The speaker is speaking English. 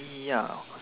ya